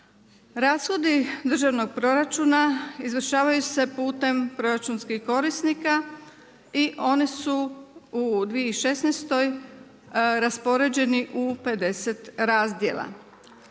Rashodi državnog proračuna, izvršavaju se putem proračunskih korisnika i one su u 2016. raspoređeni u 50 razdjela.